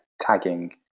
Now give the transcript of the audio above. tagging